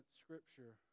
scripture